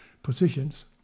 positions